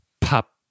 pop